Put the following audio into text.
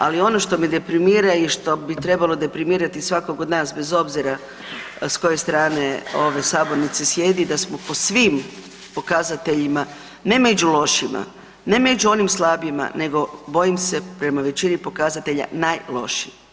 Ali ono što me deprimira i što bi trebalo deprimirati svakog od nas bez obzira s koje strane ove sabornice sjedi da smo po svim pokazateljima, ne među lošima, ne među onim slabijima, nego bojim se, prema većini pokazatelja, najlošiji.